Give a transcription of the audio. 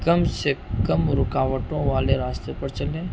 کم سے کم رکاوٹوں والے راستے پر چلیں